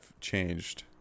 changed